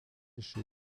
chez